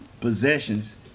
possessions